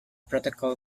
protocol